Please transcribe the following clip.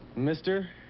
mister,